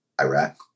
Iraq